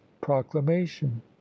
proclamation